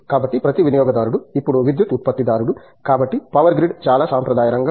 కాబట్టి ప్రతి వినియోగదారుడు ఇప్పుడు విద్యుత్ ఉత్పత్తిదారుడు కాబట్టి పవర్ గ్రిడ్ చాలా సాంప్రదాయ రంగం